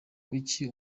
kuki